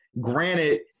Granted